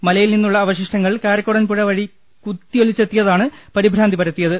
മലയിൽ നിന്നുള്ള അവശിഷ്ടങ്ങൾ കാരക്കോടൻ പുഴ വഴി കുത്തിയൊലിച്ചെ ത്തിയതാണ് പരിഭ്രാന്തി പരത്തിയത്